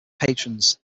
patrons